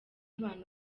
abantu